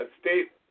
state